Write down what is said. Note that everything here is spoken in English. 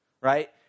right